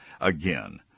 Again